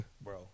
bro